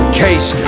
case